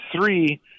three